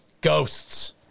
Ghosts